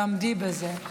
תעמדי בזה.